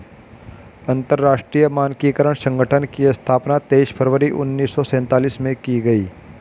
अंतरराष्ट्रीय मानकीकरण संगठन की स्थापना तेईस फरवरी उन्नीस सौ सेंतालीस में की गई